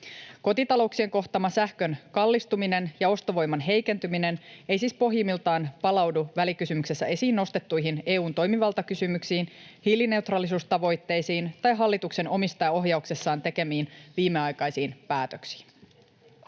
Kotitalouksien kohtaamat sähkön kallistuminen ja ostovoiman heikentyminen eivät siis pohjimmiltaan palaudu välikysymyksessä esiin nostettuihin EU:n toimivaltakysymyksiin, hiilineutraalisuustavoitteisiin tai hallituksen omistajaohjauksessaan tekemiin viimeaikaisiin päätöksiin.